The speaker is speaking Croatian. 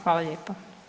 Hvala lijepa.